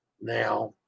now